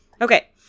Okay